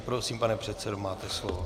Prosím, pane předsedo, máte slovo.